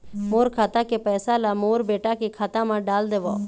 मोर खाता के पैसा ला मोर बेटा के खाता मा डाल देव?